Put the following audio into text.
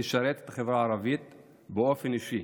לשרת את החברה הערבית באופן אישי,